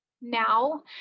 now